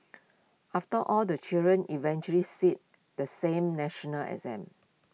after all the children eventually sit the same national exam